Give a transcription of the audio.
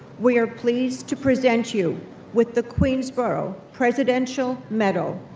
we are pleased to present you with the queensborough presidential medal,